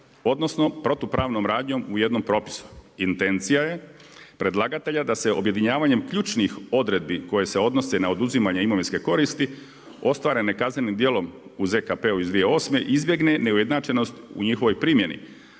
odnosno protupravnom radnjom u jednom propisu. Intencija je predlagatelja da se objedinjavanjem ključnih odredbi koje se odnose na oduzimanje imovinske koristi ostvarene kaznenim djelom u ZKP-u iz 2008. izbjegne neujednačenost u njihovoj primjeni,